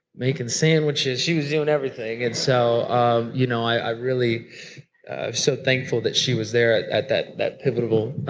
making sandwiches, she was doing everything. and so um you know i'm really ah so thankful that she was there at at that that pivotal,